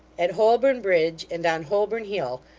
at holborn bridge, and on holborn hill,